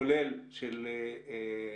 כולל של הסדרת